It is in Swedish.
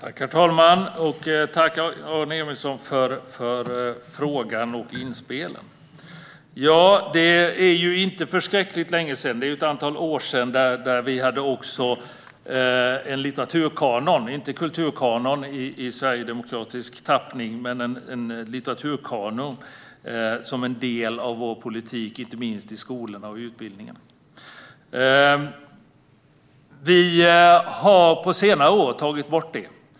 Herr talman! Jag tackar Aron Emilsson för frågan och inspelet. Det är inte så förskräckligt länge sedan vi också hade en litteraturkanon - dock inte en kulturkanon i sverigedemokratisk tappning - som en del av vår politik, inte minst i skolorna och i utbildningarna. Vi har på senare år tagit bort detta.